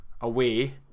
away